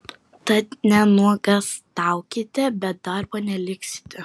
tad nenuogąstaukite be darbo neliksite